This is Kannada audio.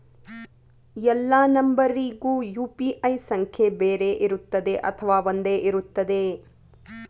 ಎಲ್ಲಾ ನಂಬರಿಗೂ ಯು.ಪಿ.ಐ ಸಂಖ್ಯೆ ಬೇರೆ ಇರುತ್ತದೆ ಅಥವಾ ಒಂದೇ ಇರುತ್ತದೆ?